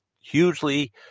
hugely